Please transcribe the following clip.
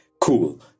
Cool